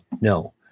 no